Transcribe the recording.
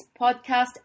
Podcast